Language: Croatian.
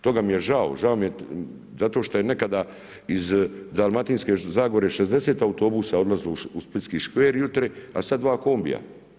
Toga mi je žao, žao mi je zato što je nekada iz Dalmatinske zagore, 60 autobusa odlazilo u splitski Škver jutro, a sad 2 kombija.